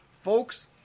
Folks